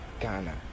Ghana